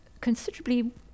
considerably